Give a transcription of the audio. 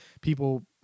People